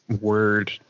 word